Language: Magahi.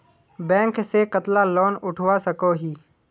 बैंक से कतला लोन उठवा सकोही?